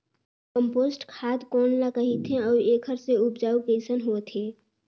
Compost खाद कौन ल कहिथे अउ एखर से उपजाऊ कैसन होत हे?